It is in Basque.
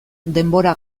denbora